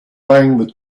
buying